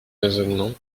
raisonnement